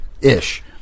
Ish